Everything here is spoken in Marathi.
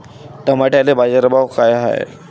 टमाट्याले बाजारभाव काय हाय?